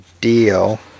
deal